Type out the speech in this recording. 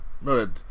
No